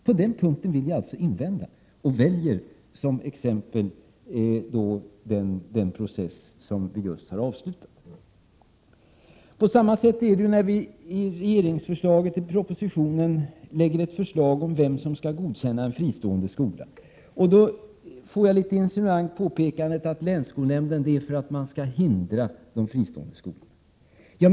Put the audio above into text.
På den punkten vill jag invända och väljer som exempel den process som vi just har avslutat. På samma sätt är det när vi i propositionen lägger ett förslag om vem som skall godkänna en fristående skola. Jag får litet insinuant påpekandet att vi har föreslagit länsskolnämnden för att hindra de fristående skolorna.